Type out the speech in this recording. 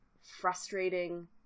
frustrating